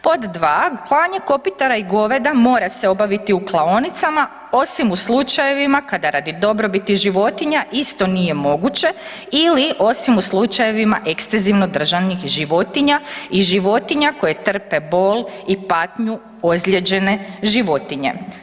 Pod 2. klanje kopitara i goveda mora se obaviti u klaonicama, osim u slučajevima kada radi dobrobiti životinja isto nije moguće ili, osim u slučajevima ekstenzivno držanih životinja i životinja koje trpe bol i patnju ozlijeđene životinje.